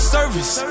Service